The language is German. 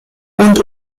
und